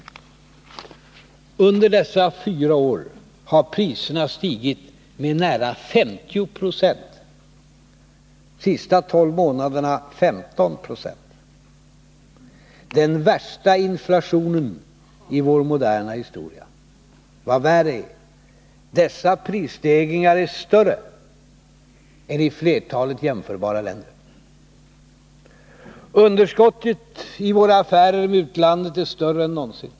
Under dessa fyra år har priserna stigit med nära 50 Jo, de senaste tolv månaderna med 15 96 — den värsta inflationen i vår moderna historia. Vad värre är, dessa prisstegringar är större än i flertalet jämförbara länder. Underskottet i våra affärer med utlandet är större än någonsin.